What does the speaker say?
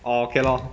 okay lor